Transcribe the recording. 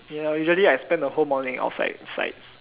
ya usually I spend the whole morning outside sites